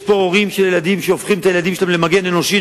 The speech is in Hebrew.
יש פה הורים של ילדים שהופכים את הילדים שלהם למגן אנושי.